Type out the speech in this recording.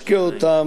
נלין אותם,